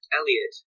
Elliot